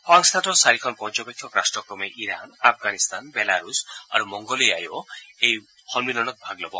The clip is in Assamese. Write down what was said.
সংস্থাটোৰ চাৰিখন পৰ্যবেক্ষক ৰাট্ট ক্ৰমে ইৰান আফগানিস্তান বেলাৰুছ আৰু মংগোলিয়ায়ো এই সন্মিলনত ভাগ ল'ব